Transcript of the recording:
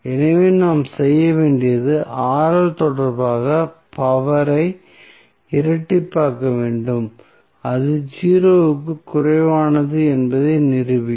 எனவே நாம் செய்ய வேண்டியது தொடர்பாக பவர் ஐ இரட்டிப்பாக்க வேண்டும் அது 0 க்கும் குறைவானது என்பதை நிரூபிக்கும்